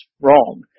wrong